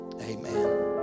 Amen